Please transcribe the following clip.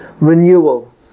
renewal